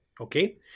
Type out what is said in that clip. Okay